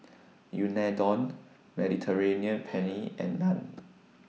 Unadon Mediterranean Penne and Naan